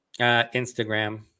Instagram